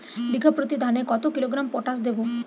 বিঘাপ্রতি ধানে কত কিলোগ্রাম পটাশ দেবো?